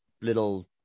little